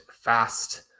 fast